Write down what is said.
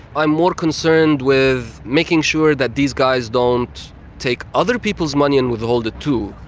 i'm more concerned with making sure that these guys don't take other people's money and withhold it too,